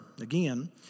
again